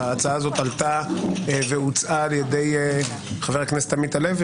ההצעה הזאת עלתה והוצעה על ידי חבר הכנסת עמית הלוי,